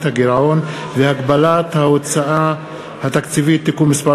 הגירעון והגבלת ההוצאה התקציבית (תיקון מס'